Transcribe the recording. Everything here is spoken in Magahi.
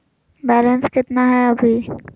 बैलेंस केतना हय अभी?